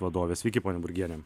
vadovė sveiki ponia burgiene